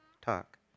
talk